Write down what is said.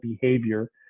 behavior